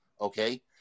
okay